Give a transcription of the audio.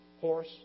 horse